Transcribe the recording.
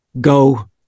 go